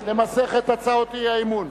למסכת הצעות אי-האמון.